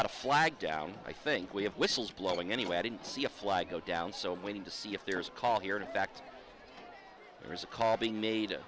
got a flag down i think we have whistles blowing anyway i didn't see a flag go down so i'm waiting to see if there's a call here in fact there is a call being made